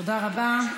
תודה רבה.